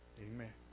Amen